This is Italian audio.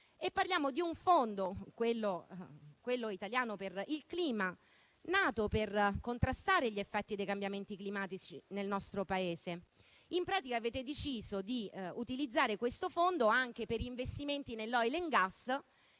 Parliamo di un Fondo, quello italiano per il clima, nato per contrastare gli effetti dei cambiamenti climatici nel nostro Paese. In pratica avete deciso di utilizzare questo Fondo anche per investimenti nell'*oil and gas*